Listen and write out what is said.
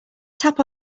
tap